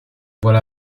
voilà